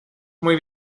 muy